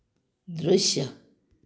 दृश्य